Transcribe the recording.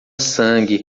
sangue